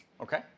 Okay